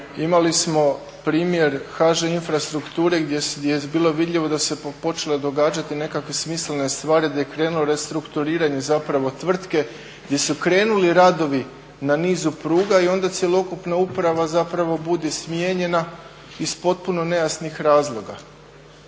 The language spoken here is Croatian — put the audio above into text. Imali smo primjer HŽ infrastrukture gdje je bilo vidljivo da su se počele događati nekakve smislene stvari, gdje je krenulo restrukturiranje zapravo tvrtke, gdje su krenuli radovi na nizu pruga i onda cjelokupna uprava zapravo bude smijenjena iz potpuno nejasnih razloga.